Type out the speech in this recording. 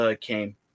came